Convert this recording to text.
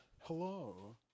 Hello